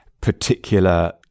particular